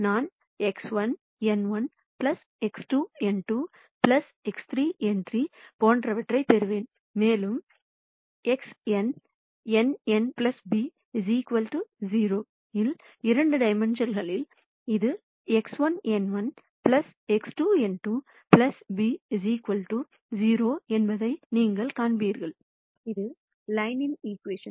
நான் X1 n1 X2 n2 X3 n3 போன்றவற்றைப் பெறுவேன் மேலும் Xn nn b 0 இல் இரண்டு டைமென்ஷன்ங்களில் இது X1 n1 X2 n2 b 0 என்பதை நீங்கள் காண்பீர்கள் இது லைன்யின் ஈகிவேஷன்